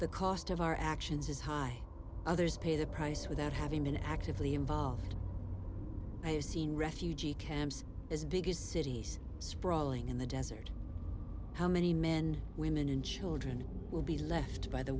the cost of our actions is high others pay the price without having been actively involved i have seen refugee camps as biggest cities sprawling in the desert how many men women and children will be left by the